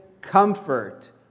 comfort